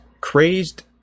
Crazed